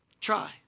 Try